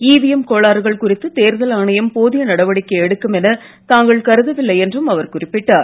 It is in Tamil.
இவிஎம் கோளாறுகள் குறித்து தேர்தல் ஆணையம் போதிய நடவடிக்கை எடுக்கும் என தாங்கள் கருதவில்லை என்றும் அவர் குறிப்பிட்டார்